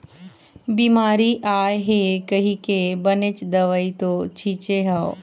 बिमारी आय हे कहिके बनेच दवई तो छिचे हव